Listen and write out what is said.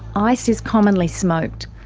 ice is commonly smoked,